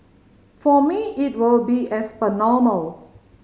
for me it will be as per normal